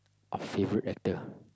a favourite actor